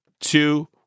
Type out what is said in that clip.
two